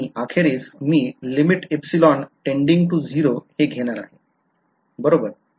आणि अखेरीस मी लिमिट tending to 0 हे घेणार आहे बरोबर